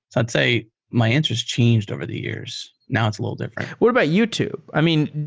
i'd say my answers changed over the years. now it's a little different what about you two? i mean,